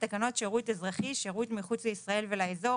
- תקנות שירות אזרחי (שירות מחוץ לישראל ולאזור),